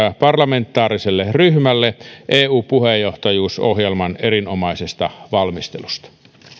parlamentaariselle ryhmälle eu puheenjohtajuusohjelman erinomaisesta valmistelusta